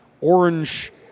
orange